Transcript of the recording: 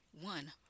one